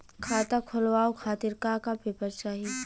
खाता खोलवाव खातिर का का पेपर चाही?